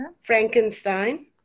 Frankenstein